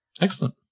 Excellent